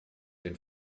den